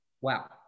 Wow